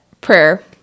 prayer